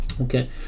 okay